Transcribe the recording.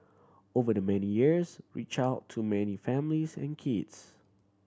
over the many years reached out to many families and kids